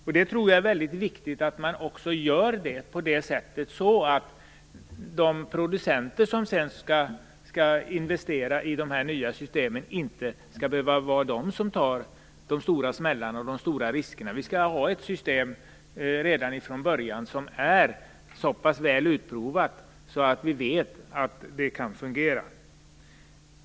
Jag tror att det är väldigt viktigt att man gör detta på ett sådant sätt att de producenter som sedan skall investera i de nya systemen inte skall behöva ta de stora smällarna och riskerna. Vi skall ha system som redan från början är så pass väl utprovade att vi vet att de kan fungera.